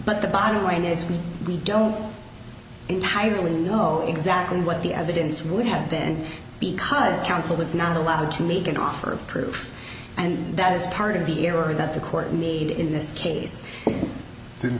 but the bottom line is we don't entirely know exactly what the evidence would have been because counsel was not allowed to make an offer of proof and that is part of the error that the court needed in this case